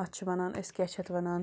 اَتھ چھِ وَنان أسۍ کیٛاہ چھِ اَتھ وَنان